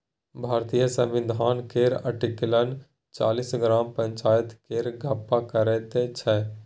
भारतीय संविधान केर आर्टिकल चालीस ग्राम पंचायत केर गप्प करैत छै